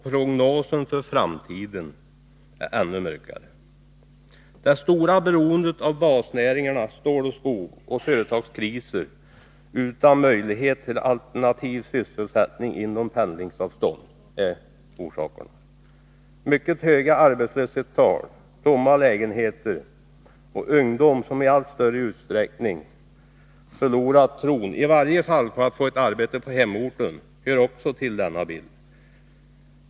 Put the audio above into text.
Prognosen för framtiden är ännu mörkare. Det stora beroendet av basnäringarna stål och skog samt företagskriser, utan möjligheter till alternativ sysselsättning inom pendlingsavstånd, är orsakerna. Mycket höga arbetslöshetstal, tomma lägenheter och ungdom som i allt större utsträckning förlorat tron, i varje fall på att få ett arbete på hemorten, hör också till denna bild.